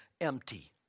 empty